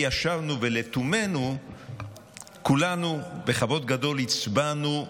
ישבנו ולתומנו כולנו, בכבוד גדול, הצבענו.